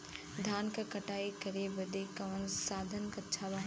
धान क कटाई करे बदे कवन साधन अच्छा बा?